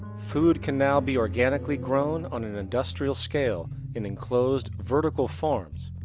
food can now be organically grown on an industrial scale in enclosed vertical farms,